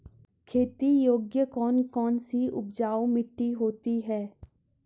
खेती योग्य कौन कौन सी उपजाऊ मिट्टी होती है?